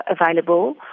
available